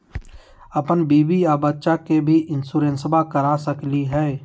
अपन बीबी आ बच्चा के भी इंसोरेंसबा करा सकली हय?